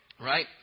right